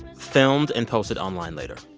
filmed and posted online later.